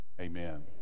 Amen